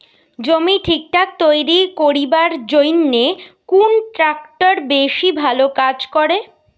জমি ঠিকঠাক তৈরি করিবার জইন্যে কুন ট্রাক্টর বেশি ভালো কাজ করে?